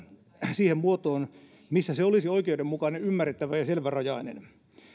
siihen muotoon missä se olisi oikeudenmukainen ymmärrettävä ja selvärajainen